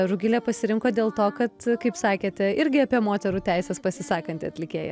rugilė pasirinko dėl to kad kaip sakėte irgi apie moterų teises pasisakanti atlikėja